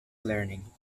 learning